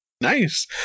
Nice